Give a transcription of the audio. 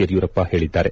ಯಡಿಯೂರಪ್ಪ ಹೇಳಿದ್ದಾರೆ